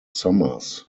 summers